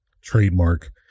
trademark